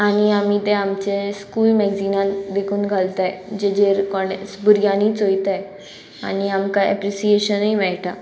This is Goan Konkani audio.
आनी आमी तें आमचे स्कूल मॅगझिनान विकून घालताय जे जेर कोणे भुरग्यांनी चोयताय आनी आमकां एप्रिसिएशनूय मेळटा